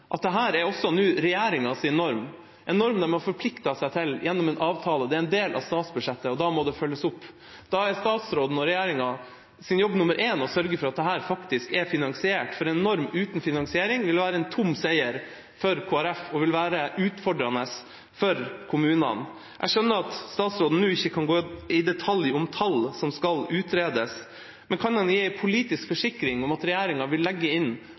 at dette er også regjeringas norm nå, en norm de har forpliktet seg til gjennom en avtale. Det er en del av statsbudsjettet, og da må det følges opp. Da er statsråden og regjeringas jobb nummer én å sørge for at dette faktisk er finansiert, for en norm uten finansiering vil være en tom seier for Kristelig Folkeparti og vil være utfordrende for kommunene. Jeg skjønner at statsråden nå ikke kan gå i detalj om tall som skal utredes. Men kan han gi en politisk forsikring om at regjeringa vil legge inn